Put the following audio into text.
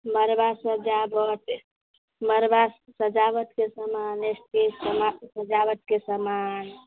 मड़बा सजावट मड़बा सजावटके समान स्टेज बनाबऽके सजावटके समान